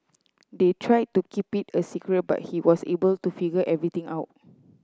they tried to keep it a secret but he was able to figure everything out